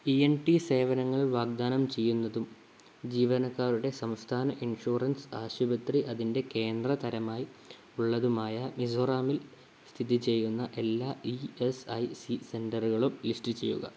E N T സേവനങ്ങൾ വാഗ്ദാനം ചെയ്യുന്നതും ജീവനക്കാരുടെ സംസ്ഥാന ഇൻഷുറൻസ് ആശുപത്രി അതിന്റെ കേന്ദ്രതരമായി ഉള്ളതുമായ മിസോറാമിൽ സ്ഥിതി ചെയ്യുന്ന എല്ലാ ഇ എസ് ഐ സി സെൻറ്ററുകളും ലിസ്റ്റു ചെയ്യുക